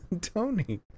Tony